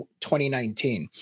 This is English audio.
2019